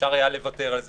אפשר היה לוותר על זה,